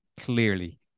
clearly